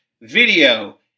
video